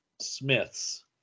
Smith's